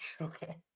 Okay